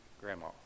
grandma